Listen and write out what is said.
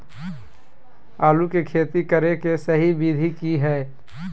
आलू के खेती करें के सही विधि की हय?